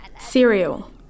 cereal